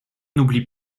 n’oublie